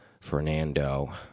Fernando